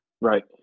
Right